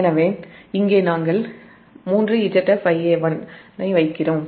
எனவே இங்கே நாம் 3ZfIa1ஐ வைக்கிறோம்